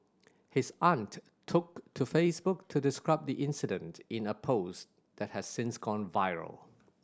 his aunt took to Facebook to describe the incident in a post that has since gone viral